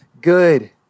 good